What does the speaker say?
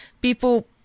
people